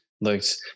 looks